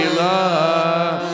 love